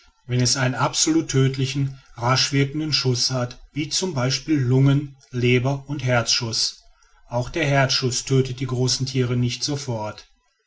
wenn es einen absolut tödlichen rasch wirkenden schuß hat wie z b lungen leber und herzschuß auch der herzschuß tödet die großen tiere nicht sofort